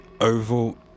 oval